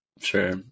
sure